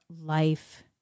life